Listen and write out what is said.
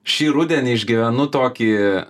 šį rudenį išgyvenu tokį